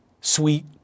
sweet